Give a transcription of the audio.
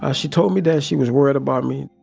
ah she told me that she was worried about me.